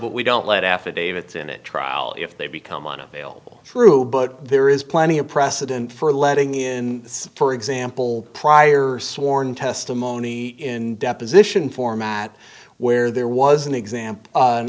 but we don't let affidavits in a trial if they become unavailable true but there is plenty of precedent for letting in for example prior sworn testimony in deposition format where there was an example an